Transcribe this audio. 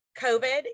COVID